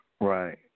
Right